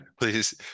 please